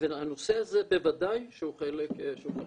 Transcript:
והנושא הזה בוודאי שהוא חלק מהעניין.